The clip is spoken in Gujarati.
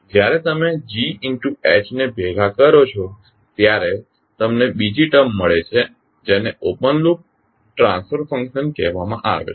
જ્યારે તમે GH ને ભેગા કરો છો ત્યારે તમને બીજી ટર્મ મળે છે જેને ઓપન લૂપ ટ્રાન્સફર ફંક્શન કહેવામાં આવે છે